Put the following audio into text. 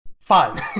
fine